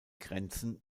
grenzen